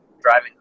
driving